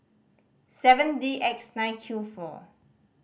seven D X nine Q four